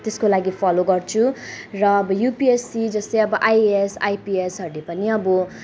त्यसको लागि फलो गर्छु र अब युपिएससी जस्तै अब आइएएस आइपिएसहरूले पनि अब